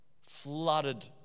flooded